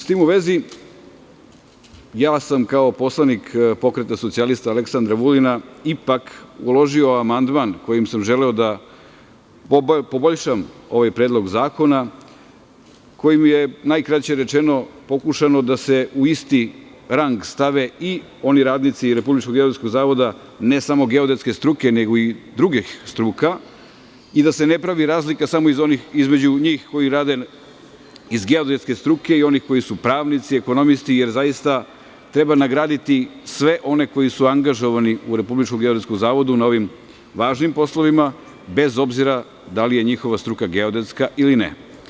S tim u vezi, ja sam kao poslanik Pokreta socijalista Aleksandra Vulina ipak uložio amandman kojim sam želeo da poboljšam ovaj predlog zakona, kojim je, najkraće rečeno pokušano da se u isti rang stave i oni radnici RGZ, ne samo geodetske struke nego i drugih struka i da se ne pravi razlika samo između njih koji rade iz geodetske struke i onih koji su pravnici, ekonomisti, jer zaista treba nagraditi sve one koji su angažovani u RGZ na ovim važnim poslovima, bez obzira da li je njihova struka geodetska ili ne.